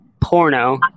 porno